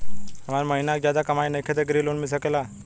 हमर महीना के ज्यादा कमाई नईखे त ग्रिहऽ लोन मिल सकेला?